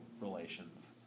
relations